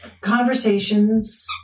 conversations